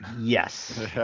Yes